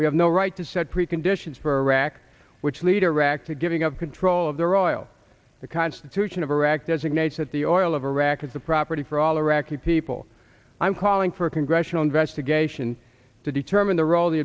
we have no right to set preconditions for iraq which lead iraq to giving up control of their oil the constitution of iraq designates that the oil of iraq is the property for all iraqi people i'm calling for a congressional investigation to determine the role of the